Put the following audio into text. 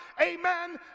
amen